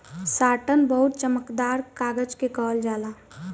satin बहुत चमकदार कागज के कहल जाला